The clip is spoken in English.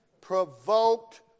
Provoked